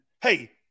hey